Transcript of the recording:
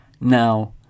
now